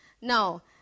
Now